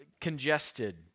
congested